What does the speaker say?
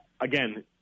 again